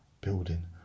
building